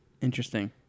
Interesting